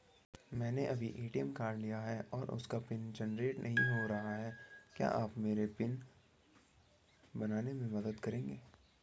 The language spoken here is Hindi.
मैंने अभी ए.टी.एम कार्ड लिया है और उसका पिन जेनरेट नहीं हो रहा है क्या आप मेरा पिन बनाने में मदद करेंगे?